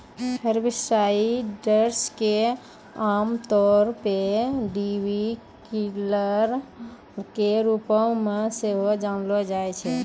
herbicides के आमतौरो पे वीडकिलर के रुपो मे सेहो जानलो जाय छै